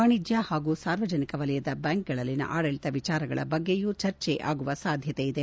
ವಾಣಿಜ್ಯ ಹಾಗೂ ಸಾರ್ವಜನಿಕ ವಲಯದ ಬ್ಯಾಂಕ್ಗಳಲ್ಲಿನ ಆಡಳಿತ ವಿಚಾರಗಳ ಬಗ್ಗೆಯೂ ಚರ್ಚೆ ಆಗುವ ಸಾಧ್ಯತೆಯಿದೆ